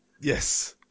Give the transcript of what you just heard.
Yes